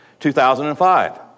2005